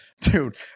Dude